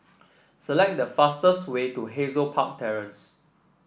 select the fastest way to Hazel Park Terrace